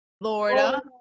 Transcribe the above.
florida